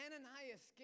Ananias